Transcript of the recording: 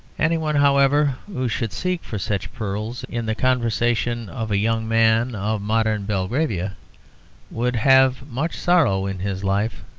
anyone, however, who should seek for such pearls in the conversation of a young man of modern belgravia would have much sorrow in his life.